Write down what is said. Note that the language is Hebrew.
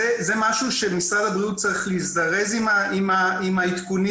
זה משהו שמשרד הבריאות צריך להזדרז עם העדכונים